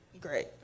Great